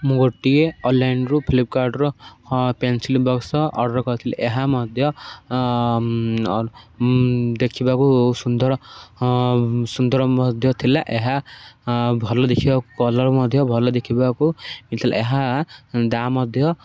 ମୁଁ ଗୋଟିଏ ଅନ୍ଲାଇନ୍ରୁୁ ଫ୍ଲିପକାର୍ଟର ହଁ ପେନସିଲ ବକ୍ସ ଅର୍ଡ଼ର କରିଥିଲି ଏହା ମଧ୍ୟ ଦେଖିବାକୁ ସୁନ୍ଦର ସୁନ୍ଦର ମଧ୍ୟ ଥିଲା ଏହା ଭଲ ଦେଖିବାକୁ କଲର୍ ମଧ୍ୟ ଭଲ ଦେଖିବାକୁ ମିଳିଥିଲା ଏହା ଦା ମଧ୍ୟ